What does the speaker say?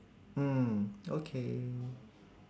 mm okay